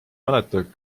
mäleta